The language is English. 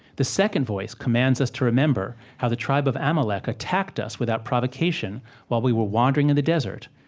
the second voice commands us to remember how the tribe of amalek attacked us without provocation while we were wandering in the desert,